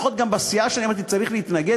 לפחות גם בסיעה שלי אמרתי שצריך להתנגד,